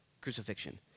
crucifixion